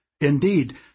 Indeed